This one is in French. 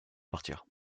partir